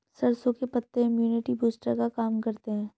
सरसों के पत्ते इम्युनिटी बूस्टर का काम करते है